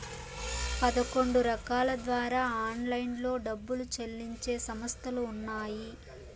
పదకొండు రకాల ద్వారా ఆన్లైన్లో డబ్బులు చెల్లించే సంస్థలు ఉన్నాయి